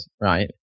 right